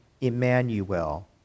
Emmanuel